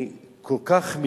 אחר כך הוא